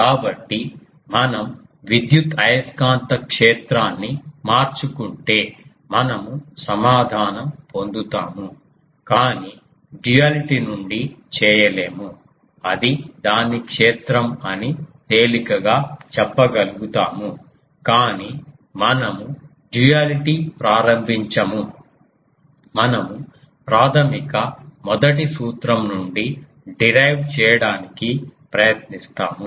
కాబట్టి మనం విద్యుత్ అయస్కాంత క్షేత్రాన్ని మార్చుకుంటే మనము సమాధానం పొందుతాము కాని డ్యూయాలిటీ నుండి చేయలేము అది దాని క్షేత్రం అని తేలికగా చెప్పగలుగుతాము కాని మనము డ్యూయాలిటీ ప్రారంభించము మనము ప్రాథమిక మొదటి సూత్రం నుండి డిరైవ్ చేయటానికి ప్రయత్నిస్తాము